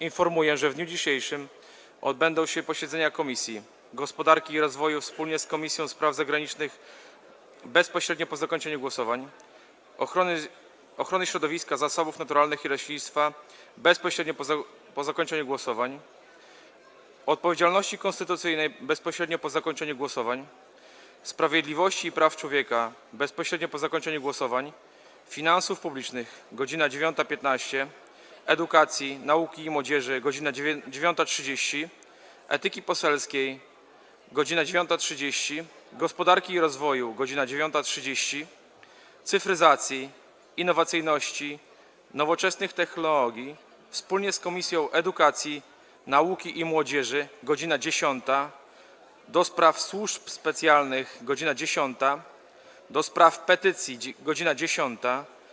Informuję, że w dniu dzisiejszym odbędą się posiedzenia Komisji: - Gospodarki i Rozwoju wspólnie z Komisją Spraw Zagranicznych - bezpośrednio po zakończeniu głosowań, - Ochrony Środowiska, Zasobów Naturalnych i Leśnictwa - bezpośrednio po zakończeniu głosowań, - Odpowiedzialności Konstytucyjnej - bezpośrednio po zakończeniu głosowań, - Sprawiedliwości i Praw Człowieka - bezpośrednio po zakończeniu głosowań, - Finansów Publicznych - godz. 9.15, - Edukacji, Nauki i Młodzieży - godz. 9.30, - Etyki Poselskiej - godz. 9.30, - Gospodarki i Rozwoju - godz. 9.30, - Cyfryzacji, Innowacyjności i Nowoczesnych Technologii wspólnie z Komisją Edukacji, Nauki i Młodzieży - godz. 10, - do Spraw Służb Specjalnych - godz. 10, - do Spraw Petycji - godz. 10,